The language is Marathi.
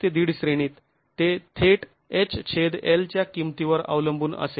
५ श्रेणीत ते थेट h छेद l च्या किंमतींवर अवलंबून असेल